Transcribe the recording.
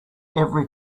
every